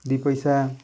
ଦୁଇ ପଇସା